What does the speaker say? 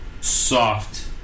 soft